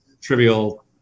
trivial